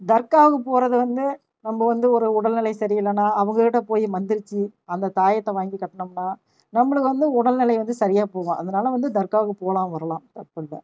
தர்காவுக்கு போகிறது வந்து நம்ம வந்து ஒரு உடல்நிலை சரியில்லைனா அவங்கக் கிட்டே போய் மந்திரித்து அந்த தாயத்தை வாங்கி கட்டினோம்னா நம்மளுக்கு வந்து உடல்நிலை வந்து சரியாக போகும் அதனால வந்து தர்காவுக்கு போகலாம் வரலாம் தப்பில்லை